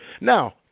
Now